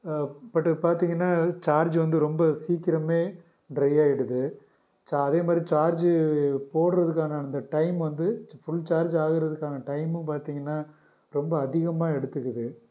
but பார்த்தீங்கன்னா charge வந்து ரொம்ப சீக்கிரமே டிரை ஆகிடுது ஸோ அதே மாதிரி சார்ஜு போட்டுறதுக்கான அந்த டைம் வந்து ஃபுல் சார்ஜ் ஆகிறதுக்கான டைமும் பார்த்தீங்கன்னா ரொம்ப அதிகமாக எடுத்துக்குது